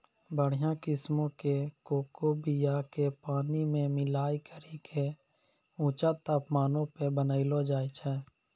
बढ़िया किस्मो के कोको बीया के पानी मे मिलाय करि के ऊंचा तापमानो पे बनैलो जाय छै